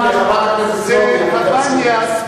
אבל בינתיים מי שמטה את הבניאס,